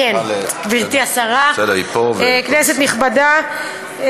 כנסת נכבדה,